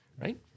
right